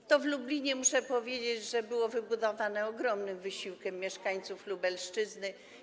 Lotnisko w Lublinie, muszę powiedzieć, było wybudowane ogromnym wysiłkiem mieszkańców Lubelszczyzny.